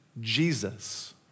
Jesus